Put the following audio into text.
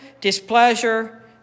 displeasure